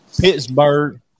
Pittsburgh